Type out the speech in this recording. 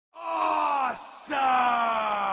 Awesome